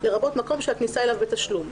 לרבות מקום שהכניסה אליו בתשלום.